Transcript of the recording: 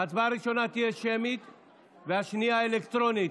ההצבעה הראשונה תהיה שמית והשנייה, אלקטרונית.